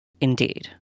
Indeed